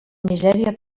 misèria